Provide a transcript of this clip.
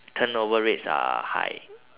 turnover rates are high